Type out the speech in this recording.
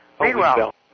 Meanwhile